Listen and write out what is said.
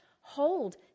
hold